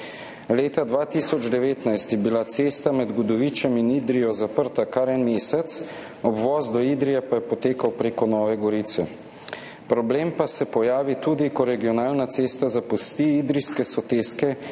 Leta 2019 je bila cesta med Godovičem in Idrijo zaprta kar en mesec, obvoz do Idrije pa je potekal preko Nove Gorice. Problem pa se pojavi tudi, ko regionalna cesta zapusti idrijske soteske in